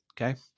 okay